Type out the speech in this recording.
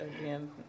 again